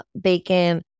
bacon